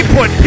put